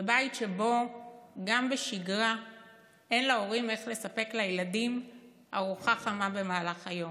בבית שבו גם בשגרה אין להורים איך לספק לילדים ארוחה חמה במהלך היום,